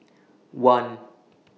one